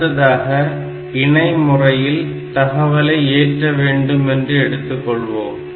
அடுத்ததாக இணை முறையில் தகவலை ஏற்ற வேண்டும் என்று எடுத்துக் கொள்வோம்